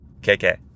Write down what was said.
KK